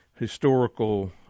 historical